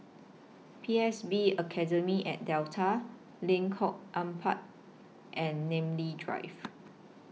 P S B Academy At Delta Lengkok Empat and Namly Drive